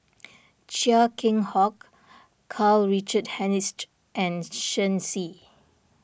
Chia Keng Hock Karl Richard Hanitsch and Shen Xi